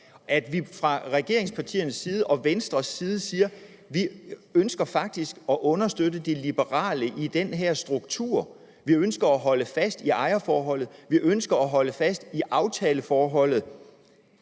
at vi fra regeringspartiernes side og Venstres side siger, at vi ønsker faktisk at understøtte det liberale i den her struktur, vi ønsker at holde fast i ejerforholdet, vi ønsker at holde fast i aftaleforholdet?